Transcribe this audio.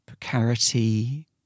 precarity